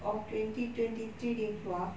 oh twenty twenty three they keluar